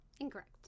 incorrect